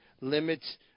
Limits